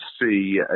see